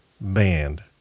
band